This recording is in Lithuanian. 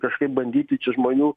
kažkaip bandyti čia žmonių